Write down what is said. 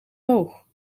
hoog